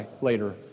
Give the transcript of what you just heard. later